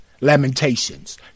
Lamentations